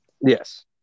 Yes